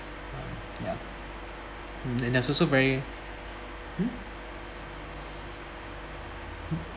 yup and there's also very